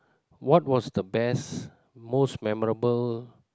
what was the best most memorable